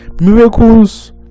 miracles